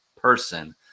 person